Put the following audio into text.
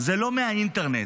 לא מהאינטרנט,